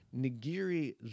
nigiri